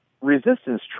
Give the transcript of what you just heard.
resistance